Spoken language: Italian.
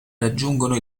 raggiungono